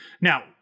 Now